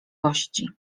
kości